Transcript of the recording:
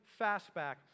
Fastback